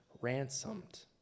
ransomed